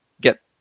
get